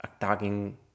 attacking